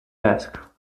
desk